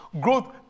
Growth